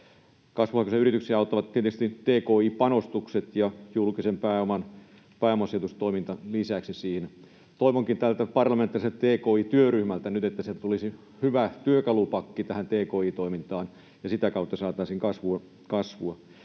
Kasvuhakuisia yrityksiä auttavat tietysti tki-panostukset ja lisäksi julkisen pääoman pääomasijoitustoiminta. Toivonkin tältä parlamentaariselta tki-työryhmältä nyt, että sieltä tulisi hyvä työkalupakki tähän tki-toimintaan, niin että sitä kautta saataisiin kasvua.